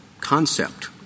concept